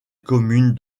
commune